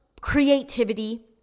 creativity